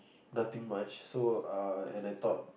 nothing much so uh and I thought